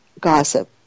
gossip